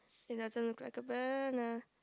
it doesn't look like a banana